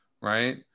right